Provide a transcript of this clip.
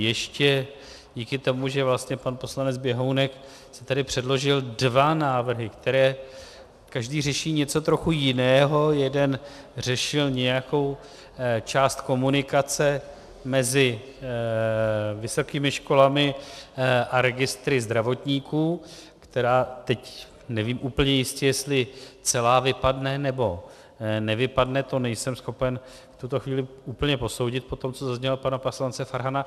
Ještě díky tomu, že pan poslanec Běhounek tady předložil dva návrhy, z nichž každý řeší něco trochu jiného, jeden řešil nějakou část komunikace mezi vysokými školami a registry zdravotníků, která, teď nevím úplně jistě, jestli celá vypadne nebo nevypadne, to nejsem schopen v tuto chvíli úplně posoudit po tom, co zaznělo od pana poslance Farhana.